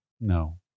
No